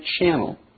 channel